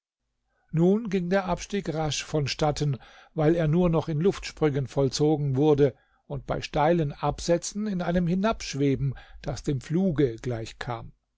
nun ging der abstieg rasch von statten weil er nur noch in luftsprüngen vollzogen wurde und bei steilen absätzen in einem hinabschweben das dem fluge gleich kam